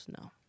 No